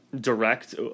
direct